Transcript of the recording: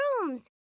rooms